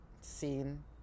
seen